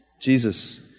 jesus